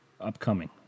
Upcoming